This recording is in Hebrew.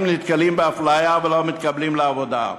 נתקלים באפליה ולא מתקבלים לעבודה.